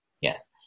yes